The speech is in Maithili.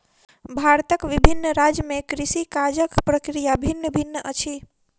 भारतक विभिन्न राज्य में कृषि काजक प्रक्रिया भिन्न भिन्न अछि